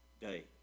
day